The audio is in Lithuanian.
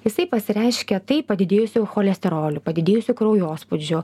jisai pasireiškia tai padidėjusiu cholesteroliu padidėjusiu kraujospūdžiu